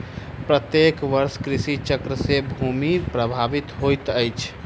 प्रत्येक वर्ष कृषि चक्र से भूमि प्रभावित होइत अछि